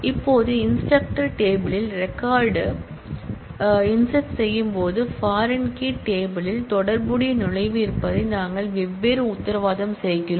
இப்போது instructor table யில் record களைச் இன்ஸெர்ட் செய்யும்போது பாரின் கீ டேபிள் யில் தொடர்புடைய நுழைவு இருப்பதை நாங்கள் எவ்வாறு உத்தரவாதம் செய்கிறோம்